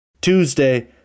Tuesday